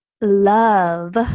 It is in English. love